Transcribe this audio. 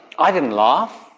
i didn't laugh,